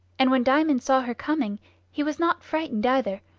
and when diamond saw her coming he was not frightened either,